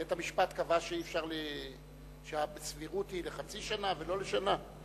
בית-המשפט קבע שהסבירות היא לחצי שנה, ולא לשנה.